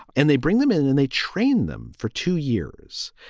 and they bring them in and they train them for two years.